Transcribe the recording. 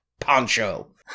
poncho